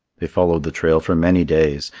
they followed the trail for many days,